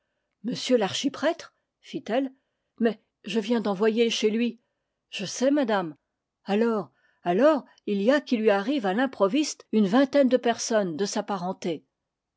m l'archiprêtre fit-elle mais je viens d'envoyer chez lui je sais madame alors alors il y a qu'il lui arrive à l'improviste une ving taine de personnes de sa parenté